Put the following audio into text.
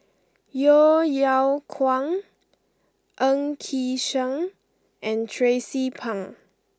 Yeo Yeow Kwang Ng Yi Sheng and Tracie Pang